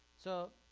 so,